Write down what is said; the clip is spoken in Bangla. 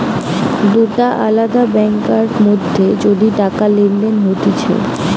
দুটা আলদা ব্যাংকার মধ্যে যদি টাকা লেনদেন হতিছে